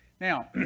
Now